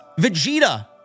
Vegeta